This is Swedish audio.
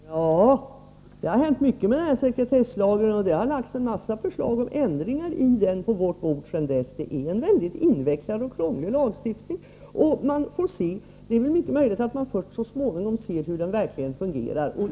Herr talman! Det har hänt mycket med sekretesslagen. Sedan denna händelse har det lagts fram en mängd förslag om ändringar av lagen. Lagstiftningen på detta område är mycket invecklad och krånglig. Först så småningom får man se hur den verkligen fungerar.